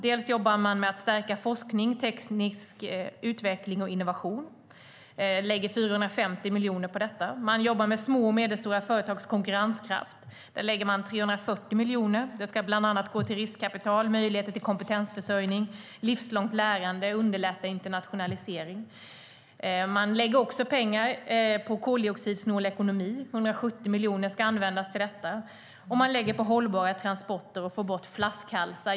Man jobbar med att stärka forskning, teknisk utveckling och innovation. Man lägger 450 miljoner på detta. Man jobbar med små och medelstora företags konkurrenskraft. Där lägger man 340 miljoner. Det ska bland annat gå till riskkapital, möjligheter till kompetensförsörjning, livslångt lärande och att underlätta internationalisering. Man lägger också pengar på koldioxidsnål ekonomi. Det är 170 miljoner som ska användas till detta. Man lägger pengar på hållbara transporter och på att få bort flaskhalsar.